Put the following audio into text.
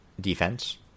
defense